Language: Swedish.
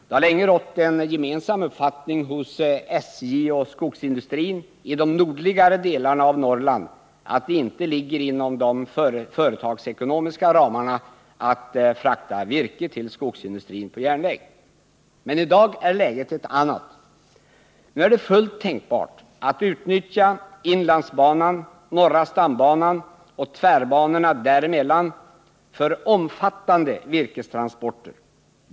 Det har länge rått en gemensam uppfattning hos SJ och skogsindustrin i de nordligare delarna av Norrland att det inte ligger inom de företagsekonomiska ramarna att frakta virke till skogsindustrin på järnväg. Men i dag är läget ett annat. Nu är det fullt tänkbart att utnyttja inlandsbanan, norra stambanan och tvärbanorna där emellan för omfattande virkestransporter.